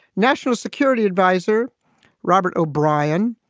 national security advisor robert o'brian.